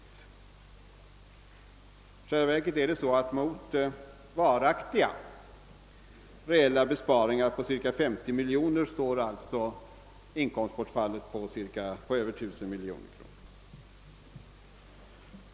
I själva verket är det så att mot reella besparingar på cirka 50 miljoner står inkomstbortfallet på över 1000 miljoner.